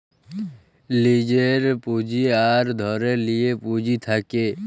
লীজের পুঁজি আর ধারে লিয়া পুঁজি থ্যাকে